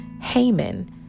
Haman